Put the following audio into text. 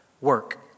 Work